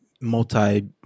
multi